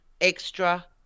extra